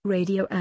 Radio